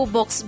Box